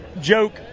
joke